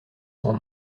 sans